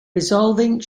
resolving